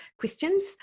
questions